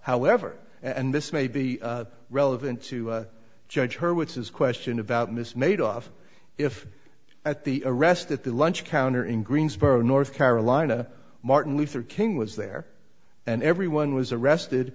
however and this may be relevant to judge her with his question about miss made off if at the arrest at the lunch counter in greensboro north carolina martin luther king was there and everyone was arrested